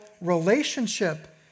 relationship